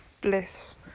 Bliss